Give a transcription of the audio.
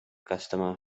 customer